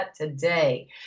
today